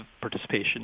participation